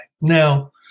Now